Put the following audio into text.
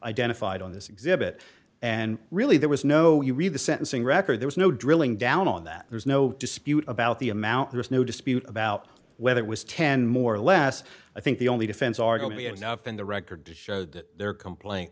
identified on this exhibit and really there was no you read the sentencing record there is no drilling down on that there's no dispute about the amount there's no dispute about whether it was ten more or less i think the only defense are going to be enough in the record to show that their complain